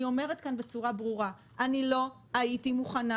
אני אומרת כאן בצורה ברורה: אני לא הייתי מוכנה